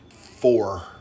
four